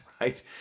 right